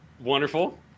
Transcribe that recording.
wonderful